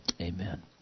Amen